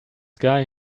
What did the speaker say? guy